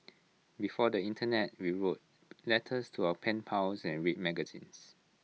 before the Internet we wrote letters to our pen pals and read magazines